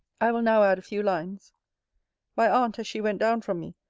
i will now add a few lines my aunt, as she went down from me,